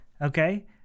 Okay